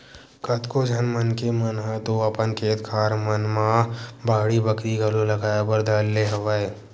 कतको झन मनखे मन ह तो अपन खेत खार मन म बाड़ी बखरी घलो लगाए बर धर ले हवय